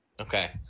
Okay